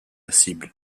cible